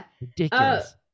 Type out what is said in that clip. Ridiculous